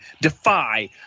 Defy